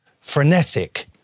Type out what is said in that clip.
frenetic